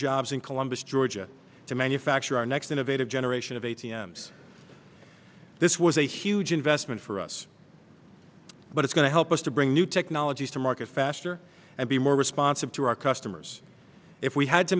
jobs in columbus georgia to manufacture our next innovative generation of a t m this was a huge investment for us but it's going to help us to bring new technologies to market faster and be more responsive to our customers if we had to